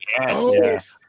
Yes